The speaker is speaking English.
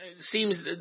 seems